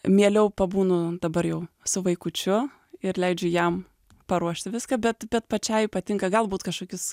mieliau pabūnu dabar jau su vaikučiu ir leidžiu jam paruošti viską bet bet pačiai patinka galbūt kažkokius